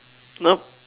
nope